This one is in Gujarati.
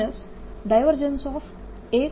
B